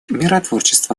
миротворчество